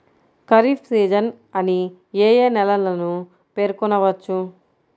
Kharif season అని ఏ ఏ నెలలను పేర్కొనవచ్చు?